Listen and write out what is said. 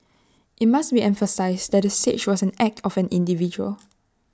IT must be emphasised that the siege was an act of an individual